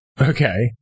Okay